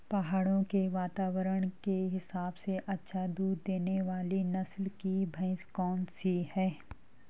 पहाड़ों के वातावरण के हिसाब से अच्छा दूध देने वाली नस्ल की भैंस कौन सी हैं?